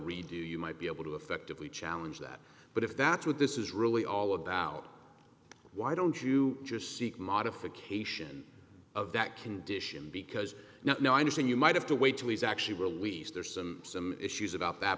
redo you might be able to effectively challenge that but if that's what this is really all about why don't you just seek modification of that condition because now i understand you might have to wait till he's actually released there's some some issues about that